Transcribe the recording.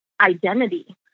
identity